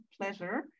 pleasure